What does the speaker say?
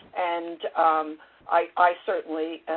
and i certainly,